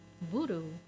voodoo